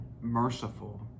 merciful